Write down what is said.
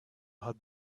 had